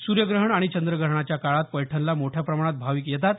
सुर्यग्रहण आणि चंद्रग्रहणाच्या काळात पैठणला मोठ्या प्रमाणात भाविक येतात